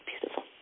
beautiful